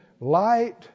Light